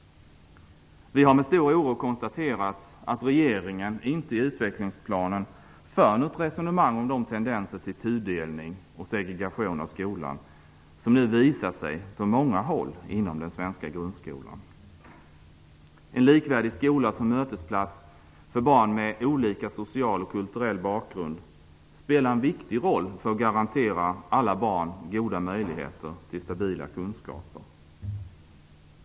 Vi har med stor oro konstaterat att regeringen inte i utvecklingsplanen för något resonemang om de tendenser till tudelning och segregation av skolan som nu visar sig på många håll inom den svenska grundskolan. En likvärdig skola som mötesplats för barn med olika social och kulturell bakgrund spelar en viktigt roll för att garantera alla barn goda möjligheter till stabila kunskaper.